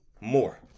more